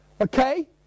okay